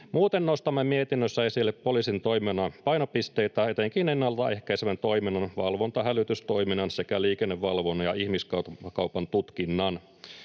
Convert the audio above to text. Muuten nostamme mietinnössä esille poliisin toiminnan painopisteitä, etenkin ennaltaehkäisevän toiminnan, valvontahälytystoiminnan sekä liikennevalvonnan ja ihmiskaupan tutkinnan.